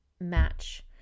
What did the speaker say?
match